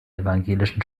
evangelischen